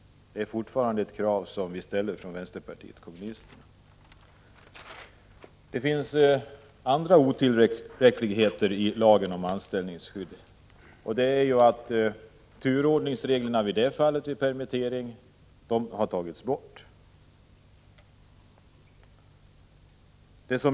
Vi från vänsterpartiet kommunisterna ställer fortfarande kravet att så skall ske. Det finns andra otillräckligheter i lagen om anställningsskydd, bl.a. att turordningsreglerna vid permittering har tagits bort.